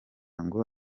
ngo